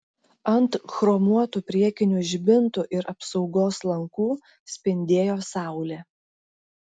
ant chromuotų priekinių žibintų ir apsaugos lankų spindėjo saulė